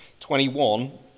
21